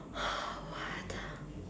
!huh! what